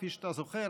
כפי שאתה זוכר,